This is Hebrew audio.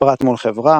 פרט מול חברה,